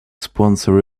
sponsor